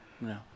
No